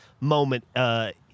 moment